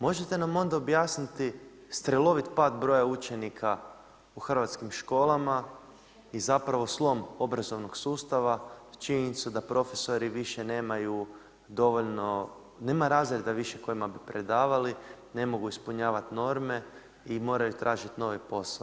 Možete nam onda objasniti strelovit pad broja učenika u hrvatskim školama i zapravo slom obrazovnog sustava i činjenicu da profesori više nemaju dovoljno, nema razreda više kojima bi predavali, ne mogu ispunjavati norme i moraju tražiti novi posao.